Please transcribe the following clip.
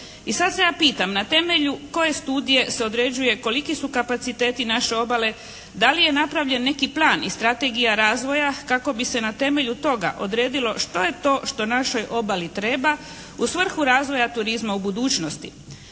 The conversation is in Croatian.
I sada se ja pitam na temelju koje studije se određuje koliki su kapaciteti naše obale, da li je napravljen neki plan i i strategija razvoja kako bi se na temelju toga odredilo što je to što našoj obali treba u svrhu razvoja turizma u budućnosti.